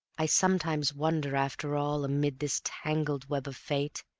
i sometimes wonder, after all, amid this tangled web of fate,